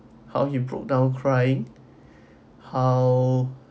how he broke down crying how